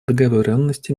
договоренности